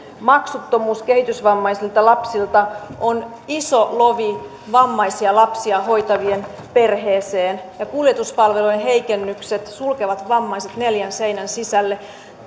maksuttomuus kehitysvammaisilta lapsilta on iso lovi vammaisia lapsia hoitavien perheeseen ja kuljetuspalvelujen heikennykset sulkevat vammaiset neljän seinän sisälle